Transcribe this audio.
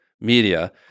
media